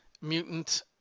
mutant